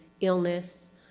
illness